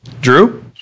Drew